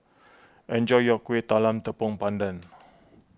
enjoy your Kueh Talam Tepong Pandan